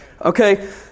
Okay